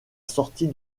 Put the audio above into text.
sortie